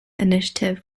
initiative